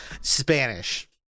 Spanish